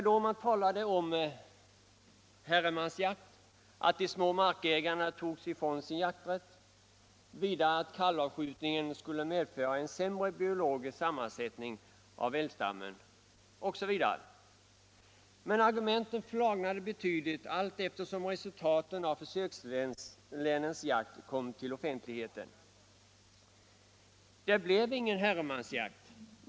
Det talades om herremansjakt, att de små markägarna blev fråntagna sin jakträtt, att kalvavskjutningen skulle medföra en sämre biologisk sammansättning av älgstammen osv. Men argumenten flagnade betydligt allteftersom resultaten av jakten i försökslänen kom till offentligheten. Det blev ingen herremansjakt.